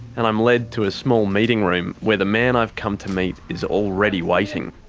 and i'm led to a small meeting room where the man i've come to meet is already waiting.